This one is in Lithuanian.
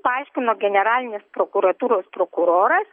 paaiškino generalinės prokuratūros prokuroras